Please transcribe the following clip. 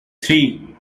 three